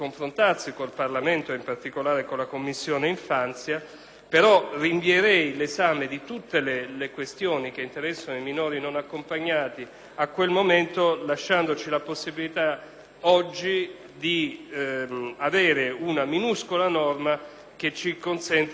però, l'esame di tutte le questioni che interessano i minori non accompagnati a quel momento, lasciandoci la possibilità oggi di avere una minuscola norma che ci consenta di realizzare una fascia, sia pur ristretta, di prevenzione.